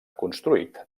construït